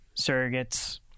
surrogates